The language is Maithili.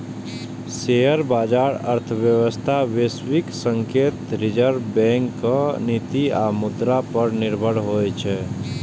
शेयर बाजार अर्थव्यवस्था, वैश्विक संकेत, रिजर्व बैंकक नीति आ मुद्रा पर निर्भर होइ छै